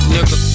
Nigga